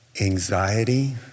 Anxiety